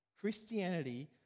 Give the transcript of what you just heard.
Christianity